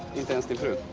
has declared